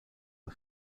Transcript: the